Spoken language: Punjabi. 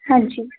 ਹਾਂਜੀ